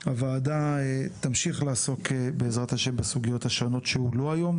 הוועדה תמשיך לעסוק בעזרת ה' בסוגיות השונות שהועלו היום.